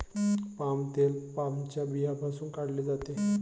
palm तेल पामच्या बियांपासून काढले जाते